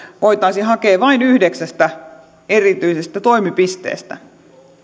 voitaisiin hakea vain yhdeksästä erityisestä toimipisteestä